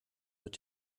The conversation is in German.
wird